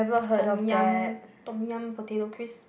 Tom Yum Tom Yum potato crips